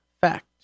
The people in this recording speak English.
fact